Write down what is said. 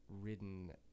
ridden